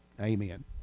amen